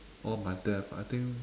oh my death I think